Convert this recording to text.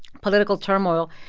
political turmoil,